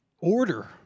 order